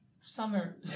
summer